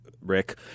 rick